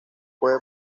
puede